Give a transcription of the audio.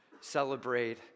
celebrate